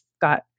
got